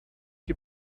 you